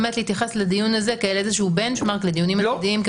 באמת להתייחס לדיון הזה כאל איזה שהוא בנצ'מארק לדיונים עתידיים,